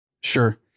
Sure